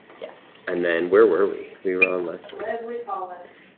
yes. and then, where were we? we were on leslie. leslie collins.